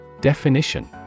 Definition